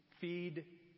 feed